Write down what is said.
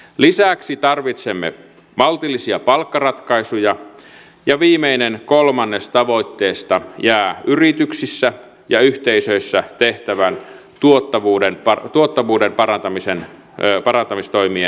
lisäksi tarvitsemme maltillisia palkkaratkaisuja ja viimeinen kolmannes tavoitteesta jää yrityksissä ja yhteisöissä tehtävän tuottavuuden parantamistoimien varaan